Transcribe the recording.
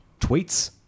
tweets